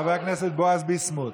חבר הכנסת בועז ביסמוט.